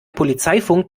polizeifunk